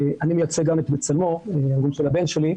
אני מייצג גם את "בצלמו" הארגון של הבן שלי.